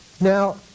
Now